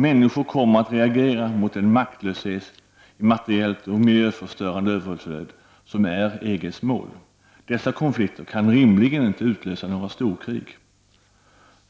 Människor kommer att reagera på den maktlöshet i materiellt och miljöförstörande överflöd som är EG:s mål. Dessa konflikter kan rimligen inte utlösa några storkrig.